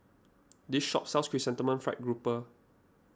this shop sells Chrysanthemum Fried Grouper